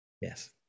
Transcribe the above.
Yes